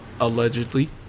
allegedly